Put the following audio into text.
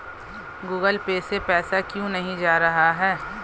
Google Pay से पैसा क्यों नहीं जा रहा है?